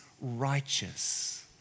righteous